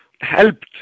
helped